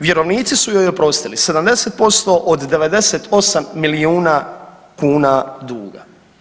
Vjerovnici su joj oprostili 70% od 98 milijuna kuna duga.